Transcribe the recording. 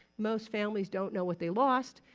most families don't know what they lost.